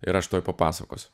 ir aš tuoj papasakosiu